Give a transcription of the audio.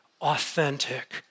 authentic